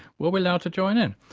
were we allowed to join in?